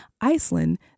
Iceland